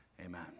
Amen